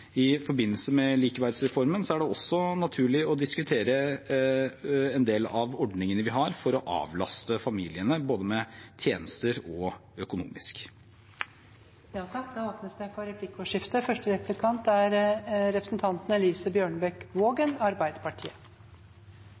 I forbindelse med likeverdsreformen er det også naturlig å diskutere en del av ordningene vi har for å avlaste familiene, både med tjenester og